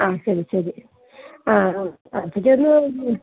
ആ ശരി ശരി ആ